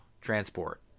transport